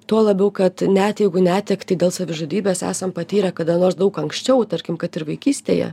tuo labiau kad net jeigu netektį dėl savižudybės esam patyrę kada nors daug anksčiau tarkim kad ir vaikystėje